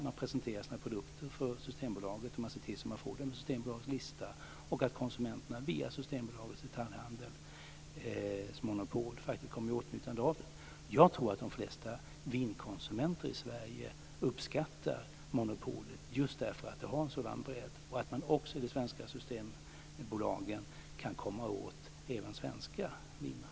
Man presenterar sina produkter för Systembolaget, och man ser till så att man får dem på Systembolagets lista och att konsumenterna via Systembolagets detaljhandelsmonopol kommer i åtnjutande av dem. Jag tror att de flesta vinkonsumenter i Sverige uppskattar monopolet just därför att det har en sådan bredd och att man på de svenska systembolagen kan komma åt även svenska viner.